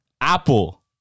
Apple